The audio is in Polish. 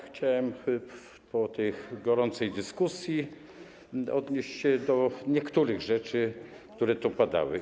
Chciałem po tej gorącej dyskusji odnieść się do niektórych kwestii, które tu padały.